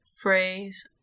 phrase